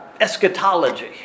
eschatology